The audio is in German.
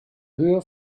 höhe